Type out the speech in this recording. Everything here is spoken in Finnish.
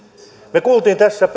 me kuulimme tässä